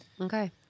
Okay